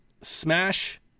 Smash